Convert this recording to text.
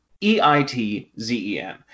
E-I-T-Z-E-N